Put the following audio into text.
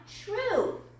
true